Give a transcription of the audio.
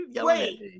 Wait